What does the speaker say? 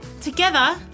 Together